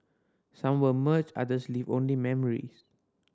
some were merged others leave only memories